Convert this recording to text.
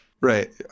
Right